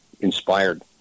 inspired